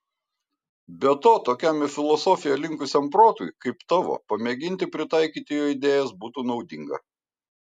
be to tokiam į filosofiją linkusiam protui kaip tavo pamėginti pritaikyti jo idėjas būtų naudinga